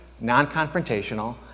non-confrontational